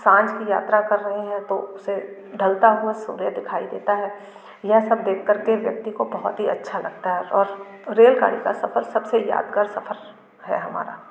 सांझ की यात्रा कर रहे हैं तो उसे ढलता हुआ सूर्य दिखाई देता है यह सब देख कर के व्यक्ति काे बहुत ही अच्छा लगता है और रेलगाड़ी का सफ़र सब से यादगार सफ़र है हमारा